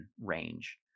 range